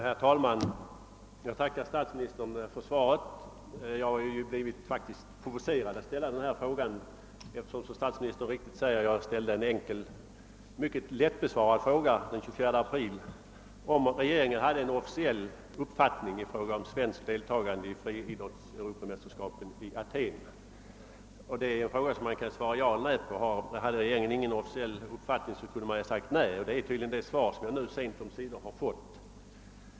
Herr talman! Jag tackar statsministern för svaret. Jag har faktiskt blivit provocerad att ställa denna fråga, eftersom jag, som statsministern säger, riktade en fråga till regeringen den 24 april huruvida regeringen hade någon officiell uppfattning rörande ett svenskt deltagande i europamästerskapen i fri idrott i Aten. Det var en mycket enkel och lättbesvarad fråga, som man hade kunnat svara antingen ja eller nej på. Om regeringen inte hade någon officiell uppfattning i det fallet, hade ju statsministern kunnat svara nej, och det är tydligen det svaret jag nu sent omsider har fått.